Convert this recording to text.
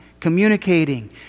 communicating